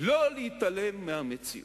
לא להתעלם מהמציאות,